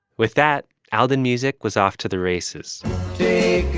with that, ah the music was off to the races